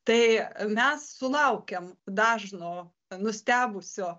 tai mes sulaukiam dažno nustebusio